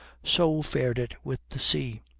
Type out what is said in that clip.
so fared it with the sea.